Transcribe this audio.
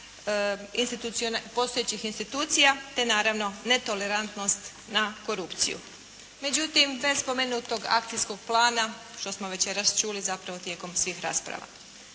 postojećih institucija te naravno netolerantnost na korupciju, međutim bez spomenutog akcijskog plana, što smo večeras čuli zapravo tijekom svih rasprava.